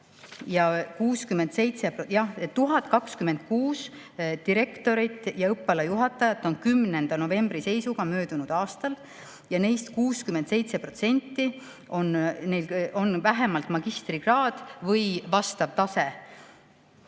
1026 direktorit ja õppealajuhatajat oli 10. novembri seisuga möödunud aastal ja neist 67%-l on vähemalt magistrikraad või vastav tase.